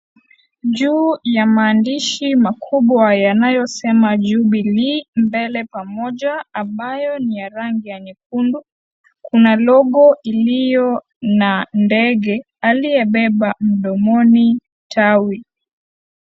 Juu ya maandishi makubwa yanayosema Jubilee Mbele Pamoja ambayo ni rangi nyekundu kuna logo iliyo na ndege aliyebeba mdomoni tawi.